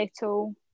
Little